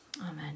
amen